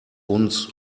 uns